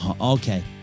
Okay